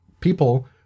People